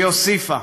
והיא הוסיפה: